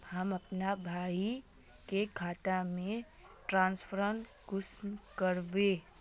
हम अपना भाई के खाता में ट्रांसफर कुंसम कारबे?